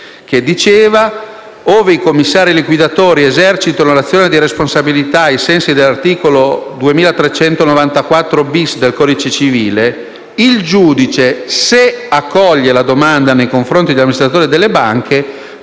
affermava che, ove i commissari liquidatori esercitino l'azione di responsabilità ai sensi dell'articolo 2394-*bis* del codice civile, il giudice, se accoglie la domanda nei confronti degli amministratori delle banche,